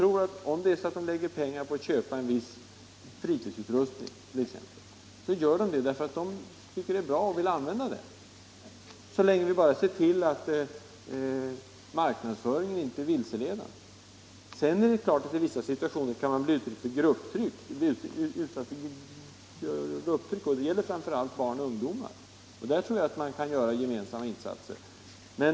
Om de t.ex. lägger pengar på att köpa en viss fritidsutrustning, gör de detta för att de tycker den är bra och vill använda den, bara vi ser till att marknadsföringen inte är vilseledande. I vissa situationer kan man bli utsatt för grupptryck. Det gäller framför allt barn och ungdomar. Där tror jag man kan göra gemensamma insatser.